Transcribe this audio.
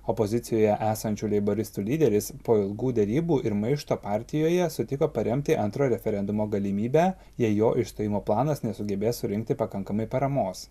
opozicijoje esančių leiboristų lyderis po ilgų derybų ir maišto partijoje sutiko paremti antro referendumo galimybę jei jo išstojimo planas nesugebės surinkti pakankamai paramos